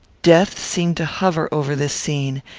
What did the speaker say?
death seemed to hover over this scene,